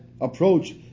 approach